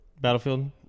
Battlefield